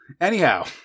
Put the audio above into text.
Anyhow